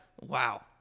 wow